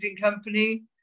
company